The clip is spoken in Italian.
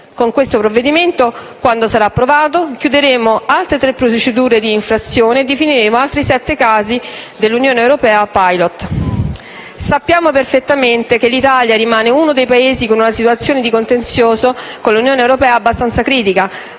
del provvedimento in esame chiuderemo altre tre procedure di infrazione e definiremo altri sette casi EU Pilot. Sappiamo perfettamente che l'Italia rimane uno dei Paesi con una situazione di contenzioso con l'Unione europea abbastanza critica,